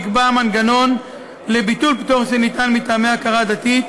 נקבע המנגנון לביטול פטור שניתן מטעמי הכרה דתית,